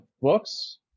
books